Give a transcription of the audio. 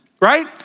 right